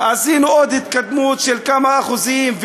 עשינו עוד התקדמות של כמה אחוזים,